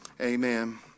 Amen